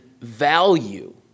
value